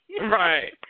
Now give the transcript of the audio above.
Right